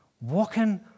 walking